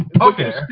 Okay